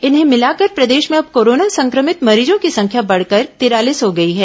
इन्हें मिलाकर प्रदेश में अब कोरोना संक्रमित मरीजों की संख्या बढ़कर तिरालीस हो गई है